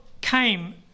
came